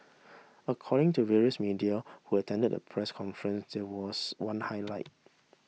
according to various media who attended the press conference there was one highlight